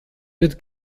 wird